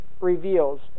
reveals